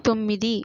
తొమ్మిది